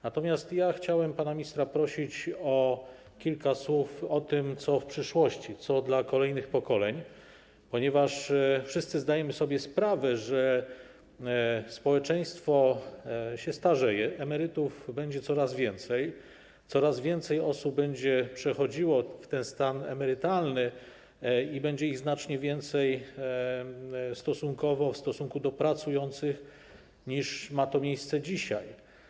Natomiast ja chciałem prosić pana ministra o kilka słów o tym, co w przyszłości, co dla kolejnych pokoleń, ponieważ wszyscy zdajemy sobie sprawę, że społeczeństwo się starzeje, emerytów będzie coraz więcej, coraz więcej osób będzie przechodziło w stan emerytalny i będzie ich znacznie więcej w stosunku do pracujących niż ma to miejsce dzisiaj.